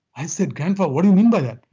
i said, grandpa, what do you mean by that?